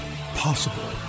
possible